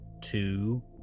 two